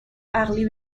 عقلی